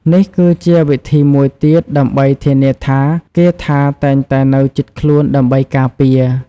នេះគឺជាវិធីមួយទៀតដើម្បីធានាថាគាថាតែងតែនៅជិតខ្លួនដើម្បីការពារ។